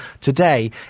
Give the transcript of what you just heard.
today